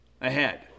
ahead